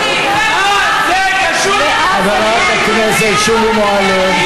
חברת הכנסת שולי מועלם.